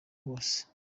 bose